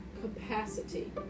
capacity